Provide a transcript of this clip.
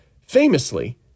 famously